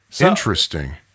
Interesting